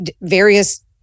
various